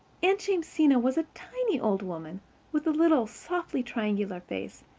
aunt jamesina was a tiny old woman with a little, softly-triangular face,